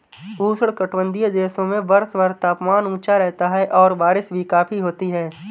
उष्णकटिबंधीय देशों में वर्षभर तापमान ऊंचा रहता है और बारिश भी काफी होती है